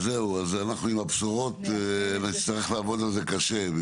אז זהו, אנחנו עם הבשורות נצטרך לעבוד על זה קשה.